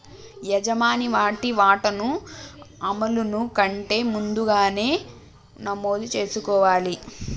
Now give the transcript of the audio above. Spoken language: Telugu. యజమాని వాటి వాటాను అమలును కంటే ముందుగానే నమోదు చేసుకోవాలి